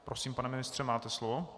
Prosím, pane ministře, máte slovo.